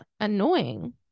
annoying